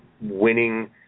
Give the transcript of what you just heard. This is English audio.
winning